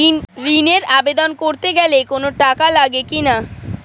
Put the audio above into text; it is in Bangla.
ঋণের আবেদন করতে গেলে কোন টাকা লাগে কিনা?